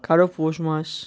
কারো পৌষ মাস